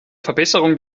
verbesserung